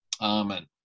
Amen